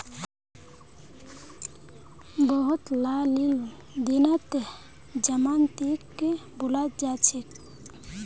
बहुतला लेन देनत जमानतीक बुलाल जा छेक